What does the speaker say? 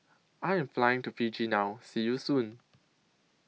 I Am Flying to Fiji now See YOU Soon